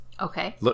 Okay